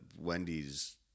Wendy's